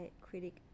critic